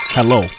Hello